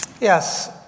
Yes